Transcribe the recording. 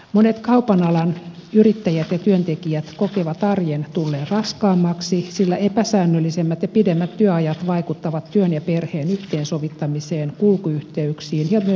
monet kaupan alan yrittäjät ja työntekijät kokevat arjen tulleen raskaammaksi sillä epäsäännöllisemmät ja pidemmät työajat vaikuttavat työn ja perheen yhteensovittamiseen kulkuyhteyksiin ja myös turvallisuuteen